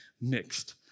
mixed